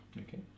okay